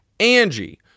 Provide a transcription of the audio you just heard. Angie